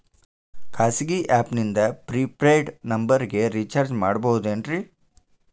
ಖಾಸಗಿ ಆ್ಯಪ್ ನಿಂದ prepaid ನಂಬರಿಗ ರೇಚಾರ್ಜ್ ಮಾಡಬಹುದೇನ್ರಿ?